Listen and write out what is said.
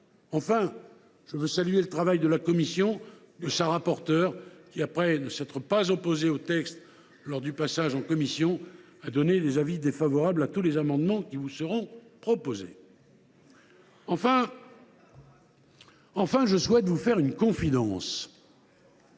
Enfin, je veux saluer le travail de la commission et de sa rapporteur, qui, après ne pas s’être opposée au texte lors de son passage en commission, a émis des avis défavorables sur tous les amendements qui seront proposés. Enfin, je souhaite vous faire une confidence